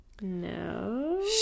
no